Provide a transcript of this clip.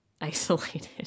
isolated